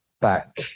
back